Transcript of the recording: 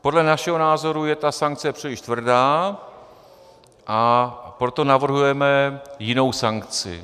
Podle našeho názoru je ta sankce příliš tvrdá, a proto navrhujeme jinou sankci.